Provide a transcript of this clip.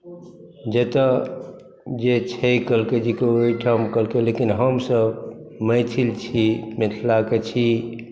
जतऽ जे छै कहलकै जेकि ओहिठाम लेकिन हमसभ मैथिल छी मिथिला कऽ छी